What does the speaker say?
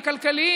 הכלכליים,